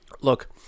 Look